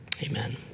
Amen